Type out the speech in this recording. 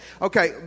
Okay